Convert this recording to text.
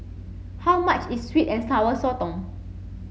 how much is sweet and sour Sotong